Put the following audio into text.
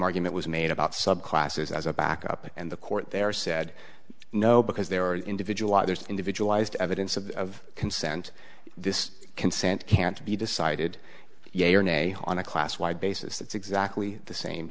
argument was made about subclasses as a backup and the court there said no because there are individual there's individualized evidence of consent this consent can't be decided yet you're in a on a class wide basis that's exactly the same